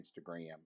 Instagram